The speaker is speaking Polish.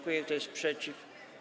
Kto jest przeciw?